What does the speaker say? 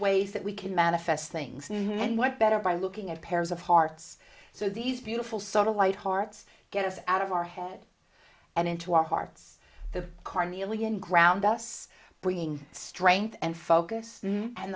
ways that we can manifest things now and what better by looking at pairs of hearts so these beautiful sort of light hearts get us out of our head and into our hearts the cornelian ground us bringing strength and focus and